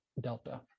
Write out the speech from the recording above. delta